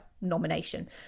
nomination